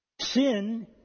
Sin